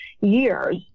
years